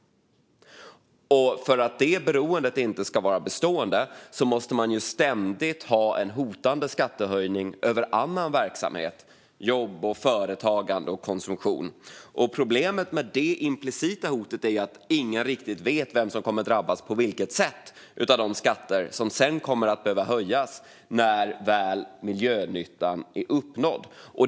Och för att detta beroende inte ska vara bestående måste man ständigt ha en hotande skattehöjning för annan verksamhet, jobb, företagande och konsumtion. Problemet med det implicita hotet är att ingen riktigt vet vem som kommer att drabbas och på vilket sätt av de skatter som sedan kommer att behöva höjas när väl miljönyttan är uppnådd.